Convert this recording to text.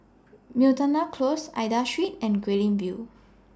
Miltonia Close Aida Street and Guilin View